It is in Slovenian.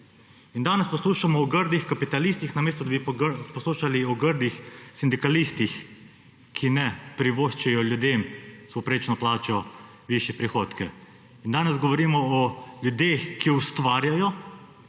Danes poslušamo o grdih kapitalistih, namesto da bi poslušali o grdih sindikalistih, ki ne privoščijo ljudem s povprečno plačo višjih prihodkov. Danes govorimo o ljudeh, ki ustvarjajo,